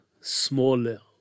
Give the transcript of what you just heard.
smaller